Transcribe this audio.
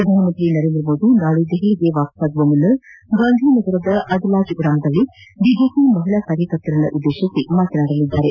ಪ್ರಧಾನಿ ನರೇಂದ್ರ ಮೋದಿ ನಾಳೆ ದೆಹಲಿಗೆ ಹಿಂದಿರುಗುವ ಮುನ್ನ ಗಾಂಧಿನಗರದ ಅದಲಾಜ್ ಗ್ರಾಮದಲ್ಲಿ ಬಿಜೆಪಿಯ ಮಹಿಳಾ ಕಾರ್ಯಕರ್ತರನ್ನುದ್ದೇಶಿಸಿ ಮಾತನಾಡಲಿದ್ದಾರೆ